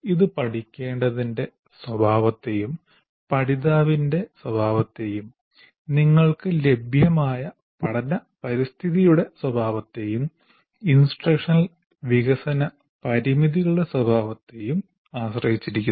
ഇത് പഠിക്കേണ്ടതിന്റെ സ്വഭാവത്തെയും പഠിതാവിന്റെ സ്വഭാവത്തെയും നിങ്ങൾക്ക് ലഭ്യമായ പഠന പരിസ്ഥിതിയുടെ സ്വഭാവത്തെയും ഇൻസ്ട്രക്ഷനൽ വികസന പരിമിതികളുടെ സ്വഭാവത്തെയും ആശ്രയിച്ചിരിക്കുന്നു